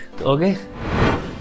okay